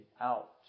out